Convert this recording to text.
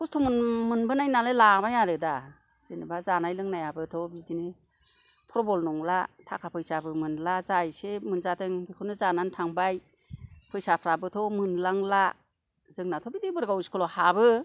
खस्थ' मोनबोनाय नालाय लाबाय आरो दा जेन'बा जानाय लोंनायाबोथ' बिदिनो प्रबल नंला थाखा फैसाबो मोनला जा एसे मोनजादों बेखौनो जानानै थांबाय फैसाफ्राबोथ' मोनलांला जोंनाथ' बे देबोरगाव स्कुलाव हाबो